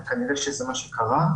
וכנראה שזה מה שקרה,